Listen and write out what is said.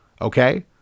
Okay